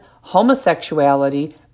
homosexuality